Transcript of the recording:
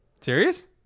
serious